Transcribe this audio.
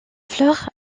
fleur